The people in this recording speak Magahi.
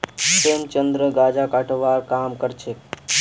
प्रेमचंद गांजा कटवार काम करछेक